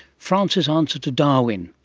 france's answer to darwin,